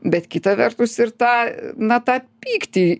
bet kita vertus ir tą na tą pyktį